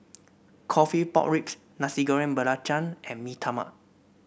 coffee Pork Ribs Nasi Goreng Belacan and Mee Tai Mak